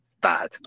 bad